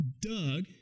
Doug